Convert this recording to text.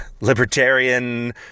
libertarian